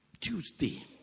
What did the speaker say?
Tuesday